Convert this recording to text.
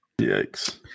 Yikes